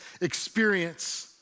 experience